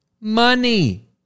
Money